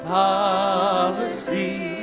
policy